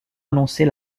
annoncer